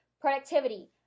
productivity